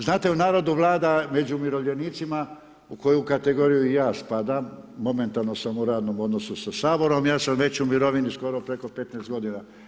Znate u narodu vlada među umirovljenicima u koju kategoriju i ja spadam, momentalno sam u radnom odnosu sa Saborom, ja sam već u mirovini skoro preko 15 godina.